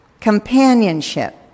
Companionship